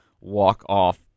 walk-off